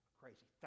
crazy